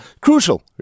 crucial